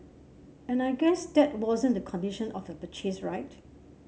and I guess that wasn't the condition of your purchase right